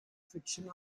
fiction